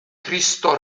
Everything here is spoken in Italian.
cristo